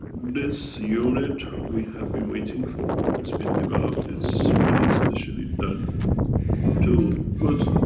this unit we have been waiting for has been developed. it's very specially done to put.